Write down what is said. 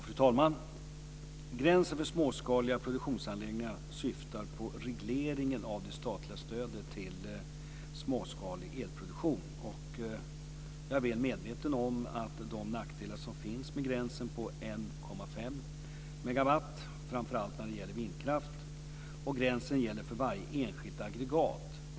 Fru talman! Gränsen för småskaliga produktionsanläggningar syftar på regleringen av det statliga stödet till småskalig elproduktion. Jag är väl medveten om de nackdelar som finns med gränsen på 1,5 megawatt, framför allt när det gäller vindkraft. Gränsen gäller för varje enskilt aggregat.